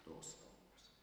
tos kalbos